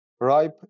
ripe